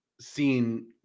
seen